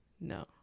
No